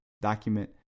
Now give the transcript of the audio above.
document